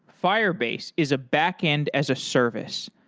firebase is a backend as a service.